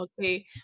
okay